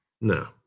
No